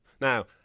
now